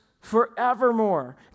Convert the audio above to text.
forevermore